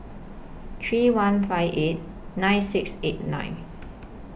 three one five eight nine six eight nine